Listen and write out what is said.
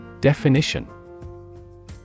Definition